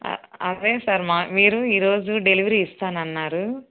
అదే సర్ మీరు ఈరోజు డెలివరీ ఇస్తానన్నారు